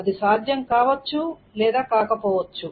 అది సాధ్యం కావొచ్చు లేదా కాకపోవచ్చు